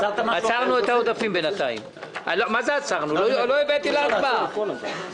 עצרנו את העודפים בינתיים, כלומר לא הבאתי להצבעה.